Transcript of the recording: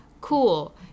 cool